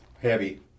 Heavy